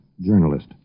journalist